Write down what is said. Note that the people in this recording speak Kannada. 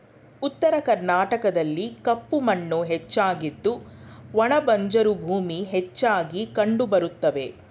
ಉತ್ತರ ಕರ್ನಾಟಕದಲ್ಲಿ ಕಪ್ಪು ಮಣ್ಣು ಹೆಚ್ಚಾಗಿದ್ದು ಒಣ ಬಂಜರು ಭೂಮಿ ಹೆಚ್ಚಾಗಿ ಕಂಡುಬರುತ್ತವೆ